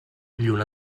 lluna